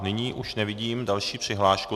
Nyní už nevidím další přihlášku.